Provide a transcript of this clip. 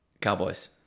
Cowboys